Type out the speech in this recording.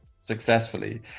successfully